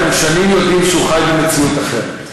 אנחנו כבר שנים יודעים שהוא חי במציאות אחרת.